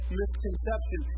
misconception